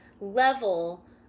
level